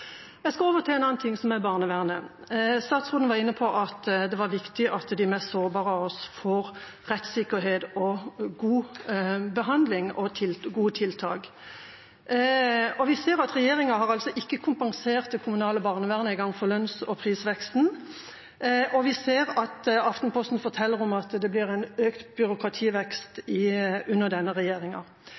Jeg skal over til en annen ting, som er barnevernet. Statsråden var inne på at det var viktig at de mest sårbare av oss får rettssikkerhet, god behandling og gode tiltak. Vi ser at regjeringa ikke engang har kompensert det kommunale barnevernet for lønns- og prisveksten, og vi ser Aftenposten fortelle at det blir økt byråkrativekst under denne regjeringa.